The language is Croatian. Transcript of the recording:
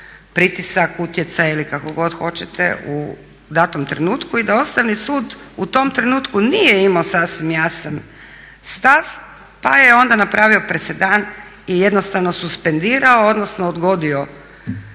pritisak, utjecaj ili kako god hoćete u datom trenutku i da Ustavni sud u tom trenutku nije imao sasvim jasan stav pa je onda napravio presedan i jednostavno suspendirao, odnosno odgodio